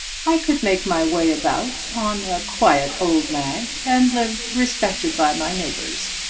i could make my way about on a quiet old nag, and live respected by my neighbours.